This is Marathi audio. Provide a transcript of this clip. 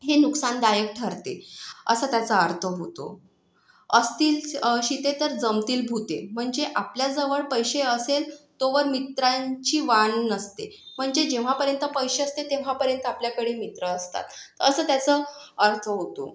ये नुकसानदायक ठरते असा त्याचा अर्थ होतो असतील शिते तर जमतील भुते म्हणजे आपल्याजवळ पैसे असेल तोवर मित्रांची वानवा नसते म्हणजे जेव्हापर्यंत पैसे असते तेव्हापर्यंत आपल्याकडे मित्र असतात असं त्याचं अर्थ होतो